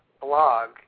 Blog